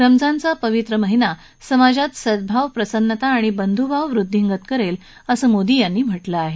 रमजानचा पवित्रा महिना समाजात सद्गाव प्रसन्नता आणि बंधुभाव वृद्धींगत करेल असं मोदी यांनी म्हटलं आहे